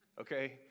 okay